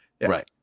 Right